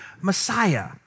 Messiah